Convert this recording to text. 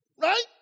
Right